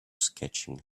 sketching